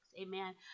Amen